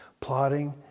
Plotting